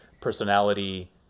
personality